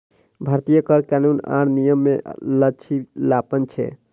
भारतीय कर कानून आर नियम मे लचीलापन छै